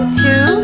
two